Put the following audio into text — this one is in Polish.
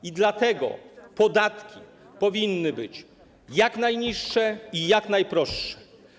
I dlatego podatki powinny być jak najniższe i jak najprostsze.